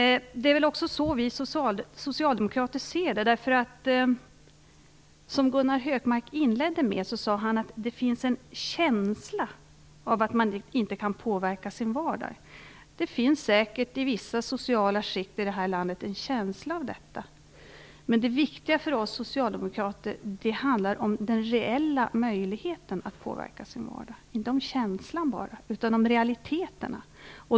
Det är också så vi socialdemokrater ser det. Gunnar Hökmark inledde med att säga att det finns en känsla av att man inte kan påverka sin vardag. Det finns säkert i vissa sociala skikt i det här landet en känsla av detta. Men det viktiga för oss socialdemokrater är den reella möjligheten att påverka sin vardag, inte bara känslan utan realiteterna.